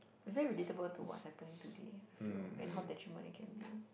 actually relatable to what's happening today I feel and how detriment it can be